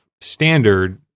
standard